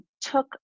took